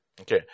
Okay